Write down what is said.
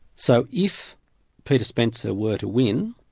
so if peter spencer were to win,